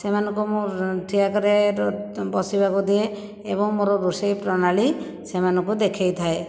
ସେମାନଙ୍କୁ ମୁଁ ଠିଆ କରାଏ ବସିବାକୁ ଦିଏ ଏବଂ ମୋର ରୋଷେଇ ପ୍ରଣାଳୀ ସେମାନଙ୍କୁ ଦେଖାଇ ଥାଏ